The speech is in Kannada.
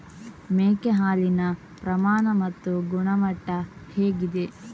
ಮೇಕೆ ಹಾಲಿನ ಪ್ರಮಾಣ ಮತ್ತು ಗುಣಮಟ್ಟ ಹೇಗಿದೆ?